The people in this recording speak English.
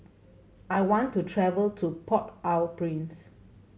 I want to travel to Port Au Prince